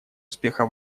успеха